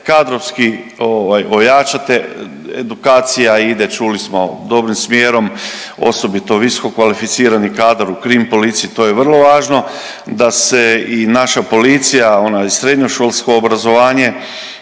kadrovski ojačate edukacija ide čuli smo dobrim smjerom osobito visokokvalificirani kadar u Krim policiji to je vrlo važno da se i naša policija ona i srednjoškolsko obrazovanje